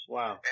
Wow